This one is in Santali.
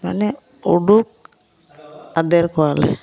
ᱢᱟᱱᱮ ᱚᱰᱳᱠ ᱟᱫᱮᱨ ᱠᱚᱣᱟᱞᱮ